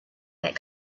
that